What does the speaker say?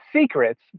secrets